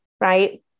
Right